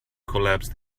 collapsed